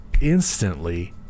instantly